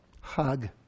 hug